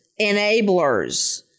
enablers